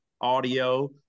audio